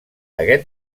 aquest